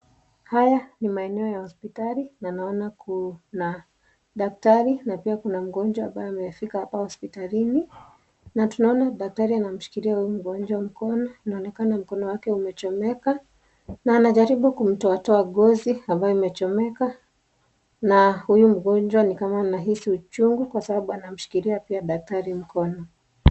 Hyaa ni maeneo ya hospitali na naona kuna daktari na pia kuna mgonjwa amefika hapa hospitalini na tunaona daktari anamshikilia huyu mgonjwa mkono, inaonekana mkono wake umechomeka na anajaribu kumtoatoa ngozi ambayo imechomeka, na huyo mgonjwa ni kama anahisi uchungu kwa sababu anamshikilia pia daktari mkono.